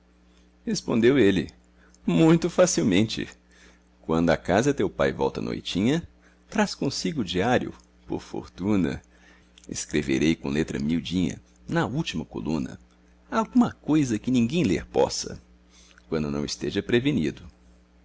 respondeu ele muito facilmente quando a casa teu pai volta à noitinha traz consigo o diário por fortuna escreverei com letra miudinha na última coluna alguma coisa que ninguém ler possa quando não esteja